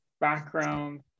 background